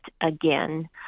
again